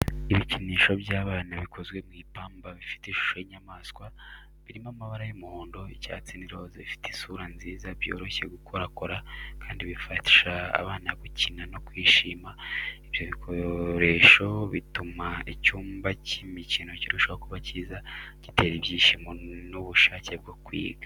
Ibikinisho by’abana bikozwe mu ipamba bifite ishusho y’inyamaswa, birimo amabara y’umuhondo, icyatsi n’iroza. Bifite isura nziza, byoroshye gukorakora kandi bifasha abana gukina no kwishima. Ibyo bikoresho bituma icyumba cy’imikino kirushaho kuba cyiza, gitera ibyishimo n’ubushake bwo kwiga.